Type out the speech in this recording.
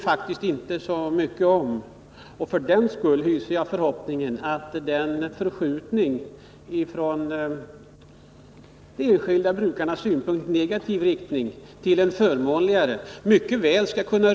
För den skull hyser jag förhoppningen att den från de enskilda brukarnas synpunkt negativa utvecklingen skall vändas till en för dem förmånligare utveckling.